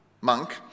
monk